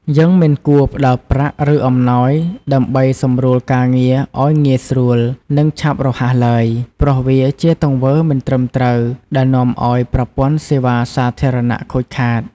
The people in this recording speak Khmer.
យើងមិនគួរផ្ដល់ប្រាក់ ឬអំណោយដើម្បីសម្រួលការងារឲ្យងាយស្រួល និងឆាប់រហ័សឡើយ ព្រោះវាជាទង្វើមិនត្រឹមត្រូវដែលនាំឲ្យប្រព័ន្ធសេវាសាធារណៈខូចខាត។